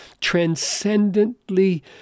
transcendently